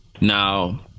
Now